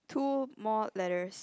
two more letters